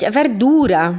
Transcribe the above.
verdura